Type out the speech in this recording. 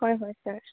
হয় হয় ছাৰ